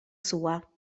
sua